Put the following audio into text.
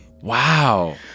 Wow